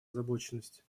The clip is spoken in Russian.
озабоченность